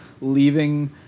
leaving